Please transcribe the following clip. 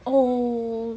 oh